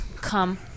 Come